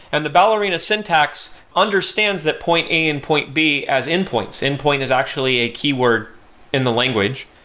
and the ballerina syntax understands that point a and point b as endpoints. endpoint is actually a keyword in the language,